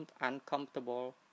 uncomfortable